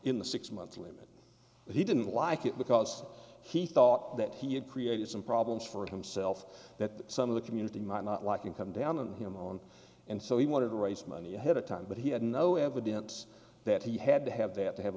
in the six months limit but he didn't like it because he thought that he had created some problems for himself that some of the community might not like and come down on him on and so he wanted to raise money ahead of time but he had no evidence that he had to have that to have